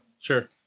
Sure